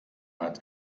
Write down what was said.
hat